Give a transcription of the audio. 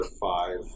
five